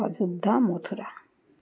Ayodhya Mathura